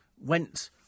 went